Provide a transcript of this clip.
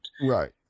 Right